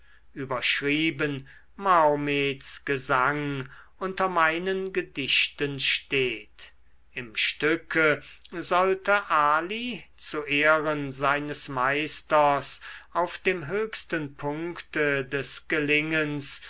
überschrieben mahomets gesang unter meinen gedichten steht im stücke sollte ali zu ehren seines meisters auf dem höchsten punkte des gelingens